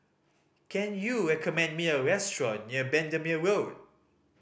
can you recommend me a restaurant near Bendemeer Road